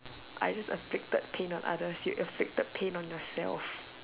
I just afflicted pain on others you afflicted pain on yourself